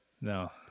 no